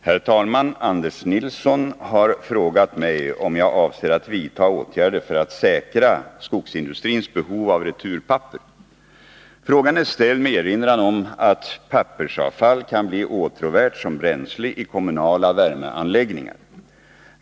Herr talman! Anders Nilsson har frågat mig om jag avser att vidta åtgärder för att säkra skogsindustrins behov av returpapper. Frågan är ställd med erinran om att pappersavfall kan bli åtråvärt som bränsle i kommunala värmeanläggningar.